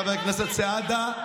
חבר הכנסת סעדה,